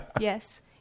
yes